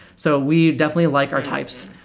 so we definitely like our types.